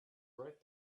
right